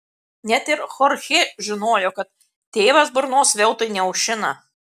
net ir chorchė žinojo kad tėvas burnos veltui neaušina